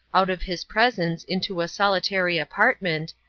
out of his presence into a solitary apartment,